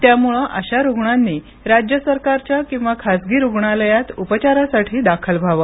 त्यामुळं अशा रूग्णांनी राज्य सरकारच्या किंवा खासगी रूग्णालयात उपचारासाठी दाखल व्हावं